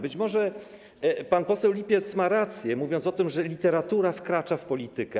Być może pan poseł Lipiec ma rację, mówiąc o tym, że literatura wkracza w politykę.